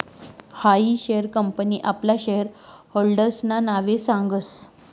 हायी share company आपला share होल्डर्सना नावे सांगस